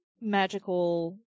magical